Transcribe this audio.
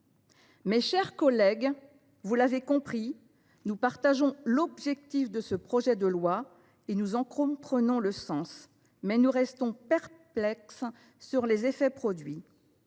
Mes chers collègues, vous l’avez compris, nous partageons l’objectif de ce projet de loi et nous en comprenons le sens, mais nous restons perplexes quant à ses effets.